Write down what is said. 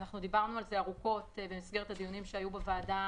דיברנו ארוכות במסגרת הדיונים שהיו בוועדה